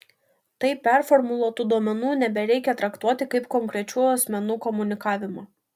taip performuluotų duomenų nebereikia traktuoti kaip konkrečių asmenų komunikavimo